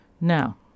Now